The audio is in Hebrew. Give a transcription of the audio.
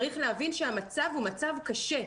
צריך להבין שהמצב הוא מצב קשה.